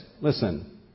Listen